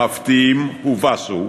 המפתיעים הובסו,